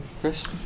Chris